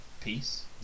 Peace